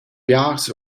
biars